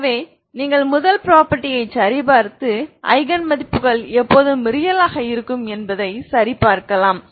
எனவே நீங்கள் முதல் ப்ரொபர்ட்டியை சரிபார்த்து ஐகன் மதிப்புகள் எப்போதும் ரியல் ஆக இருக்கும் என்பதை சரிபார்க்கலாம்